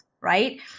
Right